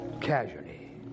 casually